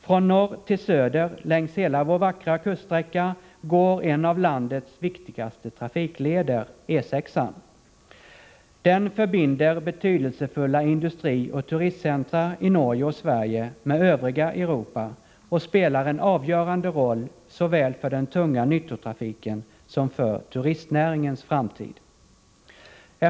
Från norr till söder, längs hela vår vackra kuststräcka, går en av landets viktigaste trafikleder, E 6-an. Den förbinder betydelsefulla industrioch turistcentra i Norge och Sverige med övriga Europa och spelar en avgörande roll såväl för den tunga nyttotrafiken som för turistnäringens framtid i den här regionen.